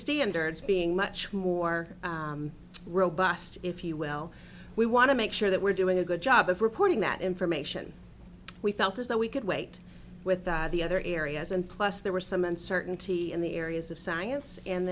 standards being much more robust if you will we want to make sure that we're doing a good job of reporting that information we felt as though we could wait with the other areas and plus there were some uncertainty in the areas of science and